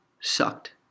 sucked